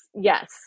yes